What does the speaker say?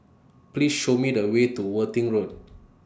Please Show Me The Way to Worthing Road